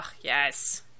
yes